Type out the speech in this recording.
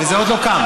וזה עוד לא קם.